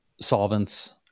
solvents